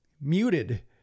muted